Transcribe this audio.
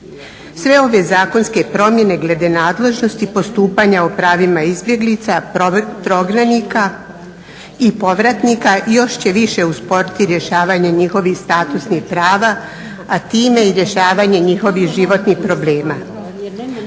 Sve ove zakonske promjene glede nadležnosti postupanja o pravima izbjeglica, prognanika, i povratnika još će više usporiti rješavanje njihovih statusnih prava a time i rješavanje njihovih životnih problema.